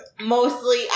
Mostly